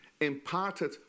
imparted